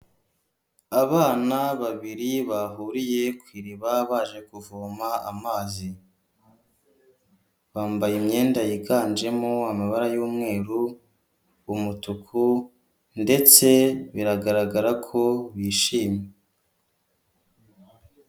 Abana babiri bahuriye ku iriba baje kuvoma amazi, bambaye imyenda yiganjemo amabara y'umweru umutuku ndetse biragaragara ko bishimye.